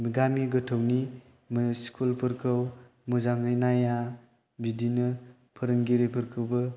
गामि गोथौनि स्कुलफोरखौ मोजाङै नाया बिदिनो फोरोंगिरिफोरखौबो